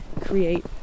create